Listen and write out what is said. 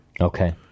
Okay